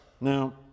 Now